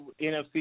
NFC